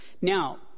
Now